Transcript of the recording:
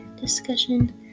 discussion